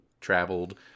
traveled